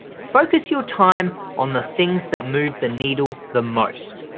focus your time on the things that move the needle the most.